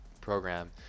program